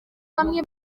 bamwe